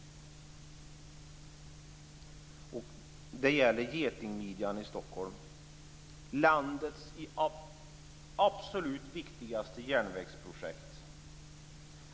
Det gäller getingmidjan i Stockholm, landets absolut viktigaste järnvägsprojekt.